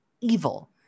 evil